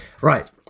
right